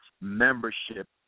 membership